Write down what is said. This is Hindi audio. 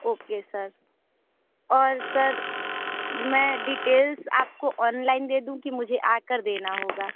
ओके सर और सर मैं डिटेल्स आपको ऑनलाइन दे दूं कि मुझे आकर देना होगा